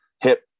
hip